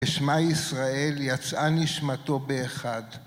בשמע ישראל יצאה נשמתו באחד.